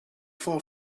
far